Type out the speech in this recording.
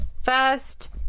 first